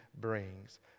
brings